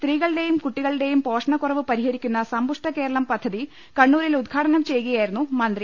സ്ത്രീകളി ലേയും കുട്ടികളിലേയും പോഷണ കുറവ് പരിഹരിക്കുന്ന സമ്പുഷ്ട കേരളം പദ്ധതി കണ്ണൂരിൽ ഉദ്ഘാടനം ചെയ്യുകയാ യിരുന്നു മന്ത്രി